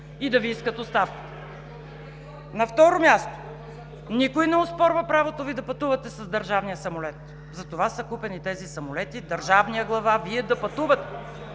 и да Ви искат оставката. На второ място, никой не оспорва правото Ви да пътувате с държавния самолет. Затова са купени тези самолети – държавният глава, Вие да пътувате,